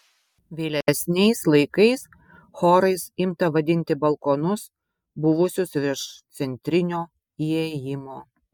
vėlesniais laikais chorais imta vadinti balkonus buvusius virš centrinio įėjimo